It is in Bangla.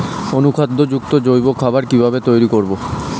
অনুখাদ্য যুক্ত জৈব খাবার কিভাবে তৈরি করব?